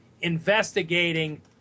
investigating